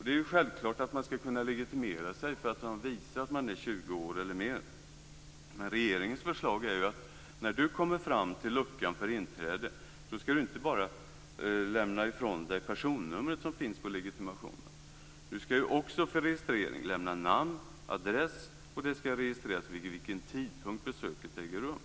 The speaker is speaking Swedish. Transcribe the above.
Det är självklart att man skall kunna legitimera sig för att visa att man är 20 år eller mer. Men regeringens förslag går ju ut på att när du kommer fram till luckan för inträde skall du inte bara lämna ditt personnummer som finns på legitimationen. Du skall också för registrering lämna namn, adress och det skall registreras vid vilken tidpunkt besöket äger rum.